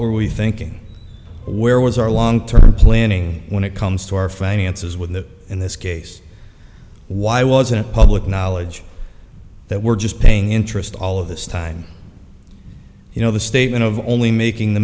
were we thinking where was our long term planning when it comes to our finances when the in this case why wasn't public knowledge that we're just paying interest all of this time you know the statement of only making the